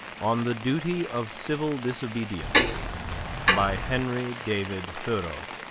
on the duty of civil disobedience by henry david thoreau